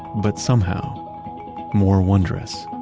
but somehow more wondrous